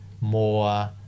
more